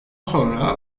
sonra